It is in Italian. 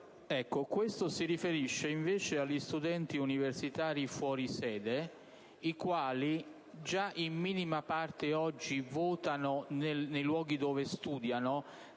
G2.0.1 fa riferimento agli studenti universitari fuori sede, i quali già in minima parte oggi votano nei luoghi in cui studiano